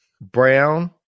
Brown